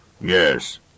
Yes